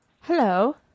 Hello